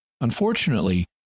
Unfortunately